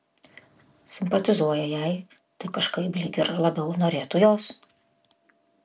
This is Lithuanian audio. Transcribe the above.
simpatizuoja jai tai kažkaip lyg ir labiau norėtų jos